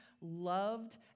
loved